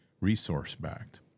resource-backed